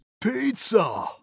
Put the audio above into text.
Pizza